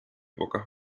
pocas